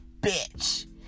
bitch